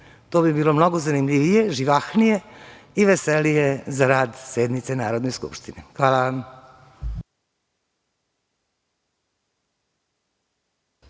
To bi bilo mnogo zanimljivije, živahnije i veselije za rad sednice Narodne skupštine. Hvala vam.